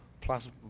plus